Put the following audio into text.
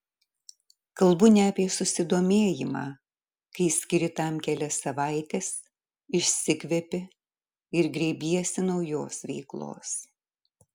kalbu ne apie susidomėjimą kai skiri tam kelias savaites išsikvepi ir grėbiesi naujos veiklos